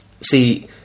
See